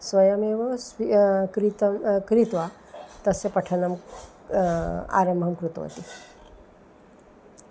स्वयमेव स्वि क्रीतं क्रीत्वा तस्य पठनं आरम्भं कृतवती